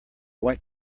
went